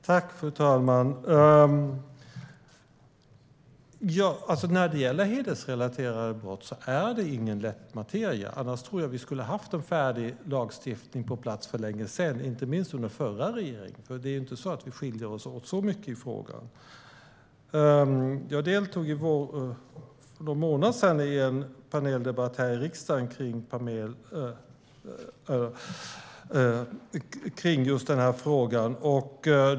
Fru talman! När det gäller hedersrelaterade brott är det ingen lätt materia. Annars tror jag att vi skulle ha haft en färdig lagstiftning på plats för länge sedan, inte minst under den förra regeringen. Det är ju inte så att vi skiljer oss mycket åt i frågan. Jag deltog för någon månad sedan i en paneldebatt i riksdagen kring just den frågan.